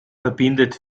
verbindet